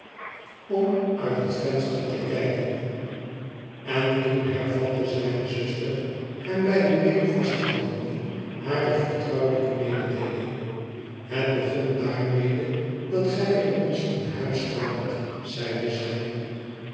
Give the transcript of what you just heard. om uit het venster te kijken en toen hervatte zijne zuster hem bij een been vasthoudende hare vertrouwelijke mededeeling het begon daarmede dat gij bij ons in huis kwaamt zeide zij